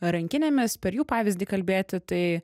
rankinėmis per jų pavyzdį kalbėti tai